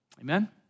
Amen